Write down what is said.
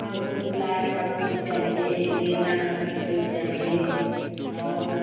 हमको गुलाब का फूल चाहिए एक गेंदा का भी फूल चाहिए और